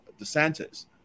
DeSantis